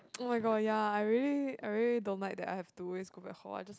oh my god ya I really I really don't like that I have to always go back hall I just want